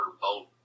vote